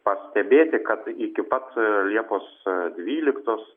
pastebėti kad iki pat liepos dvyliktos